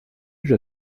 âge